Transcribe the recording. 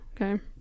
okay